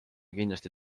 kindlasti